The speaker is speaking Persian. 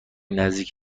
نزدیک